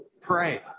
pray